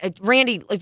Randy